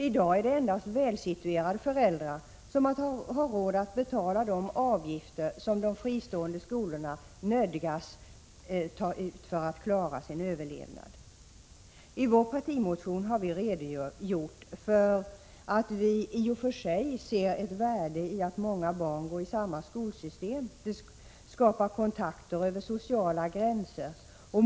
I dag är det endast välsituerade föräldrar som har råd att betala de avgifter som de fristående skolorna nödgas ta ut för att klara sin överlevnad. I vår partimotion har vi redogjort för att vi i och för sig ser ett värde i att många barn går i samma skolsystem. Det skapar kontakter över sociala gränser.